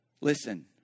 Listen